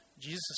Jesus